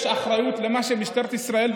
יש אחריות למה שמשטרת ישראל,